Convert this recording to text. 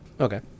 Okay